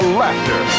laughter